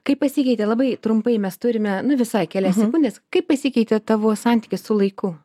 kaip pasikeitė labai trumpai mes turime nu visai kelias sekundes kaip pasikeitė tavo santykis laiku